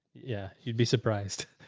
yeah. you'd be surprised.